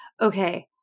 okay